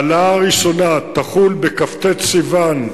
ההעלאה הראשונה תחול בכ"ט בסיוון,